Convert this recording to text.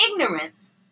ignorance